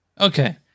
Okay